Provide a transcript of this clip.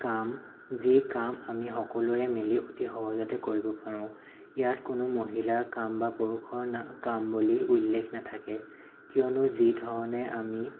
কাম যি কাম আমি সকলোৰে মিলি অতি সহজতে কৰিব পাৰোঁ ইয়াত কোনো মহিলাৰ কাম বা পুৰুষৰ কাম বুলি উল্লেখ নাথাকে কিয়নো যি ধৰণে আমি